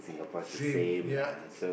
same yep